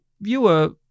viewer